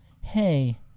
hey